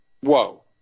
Whoa